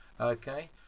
Okay